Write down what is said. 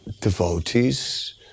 devotees